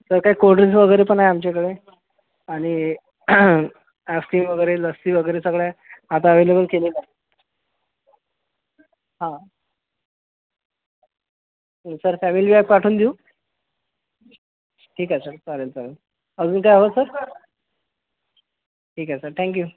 sir काही cold drinks वगैरे पण आहे आमच्याकडे आणि आइसक्रीम वगैरे लस्सी वगैरे सगळं आहे आता अवलेबल केलेलं आहे हा सर फॅमिली पॅक पाठवून देऊ ठीक आहे सर चालेल चालेल अजून काय हवं सर ठीक आहे सर थँक यू